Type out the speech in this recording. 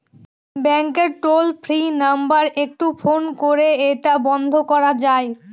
ব্যাংকের toll free number একটু phone করে এটা বন্ধ করা যায়?